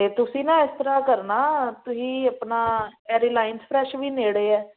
ਅਤੇ ਤੁਸੀਂ ਨਾ ਇਸ ਤਰ੍ਹਾਂ ਕਰਨਾ ਤੁਸੀਂ ਆਪਣਾ ਹੈ ਰੀਲਾਈਨਸ ਫਰੈਸ਼ ਵੀ ਨੇੜੇ ਹੈ